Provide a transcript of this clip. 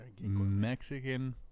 Mexican